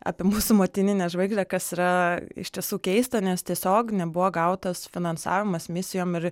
apie mūsų motininę žvaigždę kas yra iš tiesų keista nes tiesiog nebuvo gautas finansavimas misijom ir